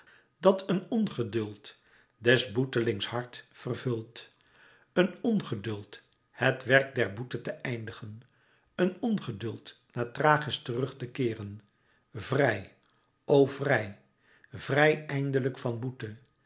dat een ongeduld des boetelings hart vervult een ongeduld het werk der boete te eindigen een ongeduld naar thrachis terug te keeren vrij o vrij vrij endelijk van boete